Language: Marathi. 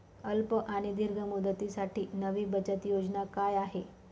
अल्प आणि दीर्घ मुदतीसाठी नवी बचत योजना काय आहे?